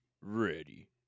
Ready